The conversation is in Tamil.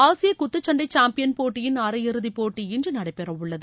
ஆசிய குத்துச்சண்டை சாம்பியன் போட்டியின் அரையிறுதி போட்டிஇன்று நடைபெறவுள்ளது